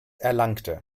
erlangte